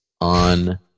on